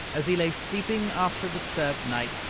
as he lay sleeping after a disturbed night,